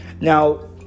now